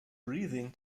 breathing